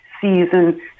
season